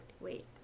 wait